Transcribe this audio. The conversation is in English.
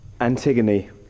Antigone